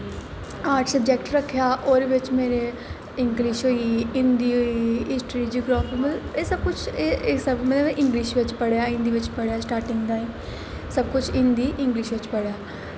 arts subject रक्खेआ ओह्दे बिच्च मेरे इंगलिश होई हिन्दी हिस्ट्री जगराफी एह् सब में इंगलिश बिच्च पढ़ेआ हिन्दी बिच्च पढ़ेआ स्टार्टिंग दा सब कुछ हिन्दी इंगलिश बिच्च पढ़ेआ